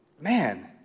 man